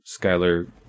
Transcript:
Skyler